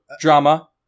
drama